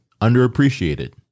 underappreciated